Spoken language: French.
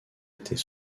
était